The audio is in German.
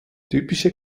typische